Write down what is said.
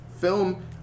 film